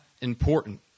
important